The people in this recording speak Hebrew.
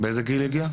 באיזה גיל היא הגיעה?